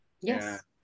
Yes